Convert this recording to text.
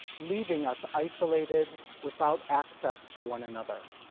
leaving us isolated without access to one another.